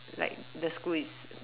like the school is